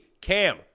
Cam